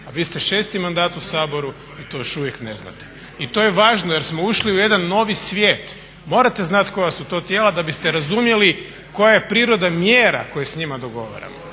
a vi ste šesti mandat u Saboru i to još uvijek ne znate. I to je važno, jer smo ušli u jedan novi svijet. Morate znati koja su to tijela da biste razumjeli koja je priroda mjera koje sa njima dogovaramo.